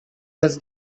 does